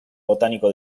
botánico